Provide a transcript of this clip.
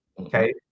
Okay